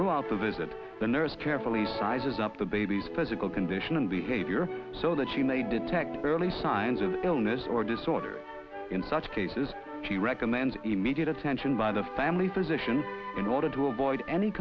throughout the visit the nurse carefully sizes up the baby's particular condition and behavior so that she may detect early signs of illness or disorder in such cases she recommends immediate attention by the family physician in order to avoid any